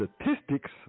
statistics